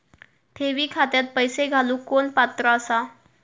ठेवी खात्यात पैसे घालूक कोण पात्र आसा?